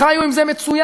חיו עם זה מצוין.